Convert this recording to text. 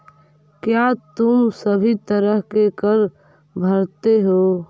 क्या तुम सभी तरह के कर भरते हो?